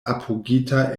apogita